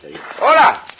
Hola